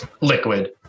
liquid